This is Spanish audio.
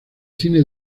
cine